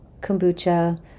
kombucha